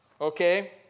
okay